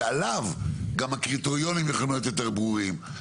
שעליו גם הקריטריונים יכולים להיות יותר ברורים,